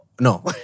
no